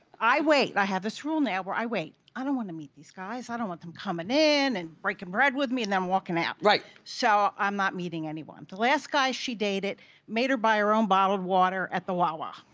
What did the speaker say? i wait, and i have this rule now where i wait. i don't wanna meet these guys, i don't want them coming in and breaking bread with me and then walking out. right. so, i'm not meeting anyone. the last guy she dated made her by her own bottled water at the wawa.